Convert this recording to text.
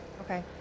Okay